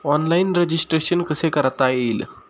Online registration कसे करता येईल?